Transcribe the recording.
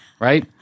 right